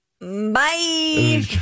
bye